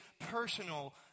personal